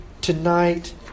tonight